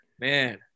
Man